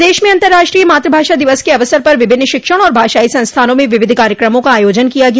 प्रदेश में अन्तराष्ट्रीय मातृभाषा दिवस के अवसर पर विभिन्न शिक्षण और भाषाई संस्थानों में विविध कार्यक्रमों का आयोजन किया गया